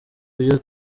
byo